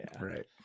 right